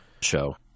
show